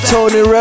Tony